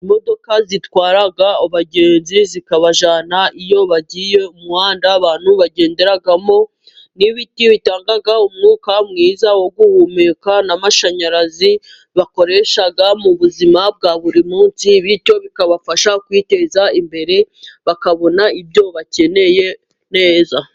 Imodoka zitwara abagenzi zikabajyana iyo bagiye, umuhanda w' abantu bagenderamo n'ibiti bitanga umwuka mwiza wo guhumeka, ll n'amashanyarazi bakoresha mu buzima bwa buri munsi bityo bikabafasha kwiteza imbere bakabona ibyo bakeneye neza.